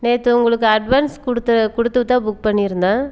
நேற்று உங்களுக்கு அட்வான்ஸ் கொடுத்த கொடுத்து தான் புக் பண்ணியிருந்தேன்